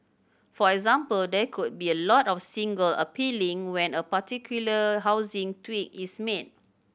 for example there could be a lot of single appealing when a particular housing tweak is made